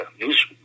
news